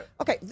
Okay